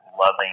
loving